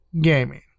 gaming